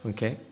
Okay